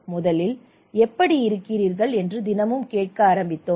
முதலில் எப்படி இருக்கிறீர்கள் என்று தினமும் கேட்க ஆரம்பித்தோம்